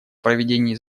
проведении